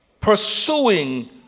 pursuing